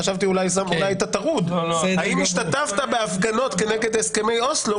חשבתי שאולי היית טרוד: האם השתתפת בהפגנות נגד הסכמי אוסלו?